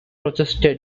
rochester